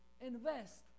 invest